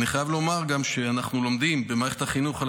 אני גם חייב לומר שאנחנו לומדים במערכת החינוך על